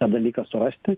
tą dalyką surasti